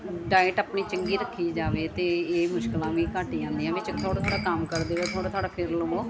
diet ਆਪਣੀ ਚੰਗੀ ਰੱਖੀ ਜਾਵੇ ਤਾਂ ਇਹ ਮੁਸ਼ਕਲਾਂ ਵੀ ਘੱਟ ਹੀ ਆਉਂਦੀਆਂ ਨੇ ਵਿੱਚ ਥੋੜ੍ਹਾ ਥੋੜ੍ਹਾ ਕੰਮ ਕਰਦੇ ਰਹੋ ਥੋੜ੍ਹਾ ਥੋੜ੍ਹਾ ਫਿਰ ਲਵੋ